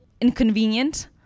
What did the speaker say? inconvenient